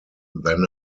then